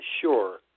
sure